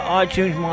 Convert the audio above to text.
iTunes